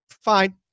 fine